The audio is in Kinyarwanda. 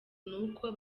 nuko